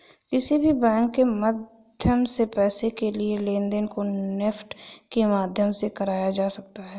किसी भी बैंक के माध्यम से पैसे के लेनदेन को नेफ्ट के माध्यम से कराया जा सकता है